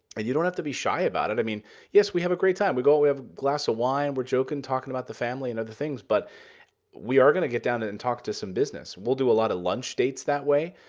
and you don't have to be shy about it. i mean yes, we have a great time. we go. we have glass of wine. we're joking, talking about the family and other things, but we are going to get down and talk to some business. we'll do a lot of lunch dates that way,